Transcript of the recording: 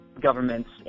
governments